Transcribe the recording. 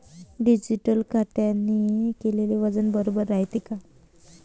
Digital काट्याने केलेल वजन बरोबर रायते का?